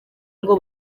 ngo